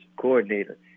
coordinator